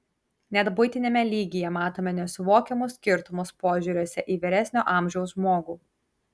net buitiniame lygyje matome nesuvokiamus skirtumus požiūriuose į vyresnio amžiaus žmogų